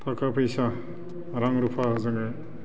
थाखा फैसा रां रुफा जोङो